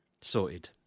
Sorted